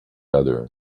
other